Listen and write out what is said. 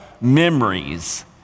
memories